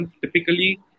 typically